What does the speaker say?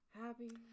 happy